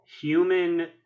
human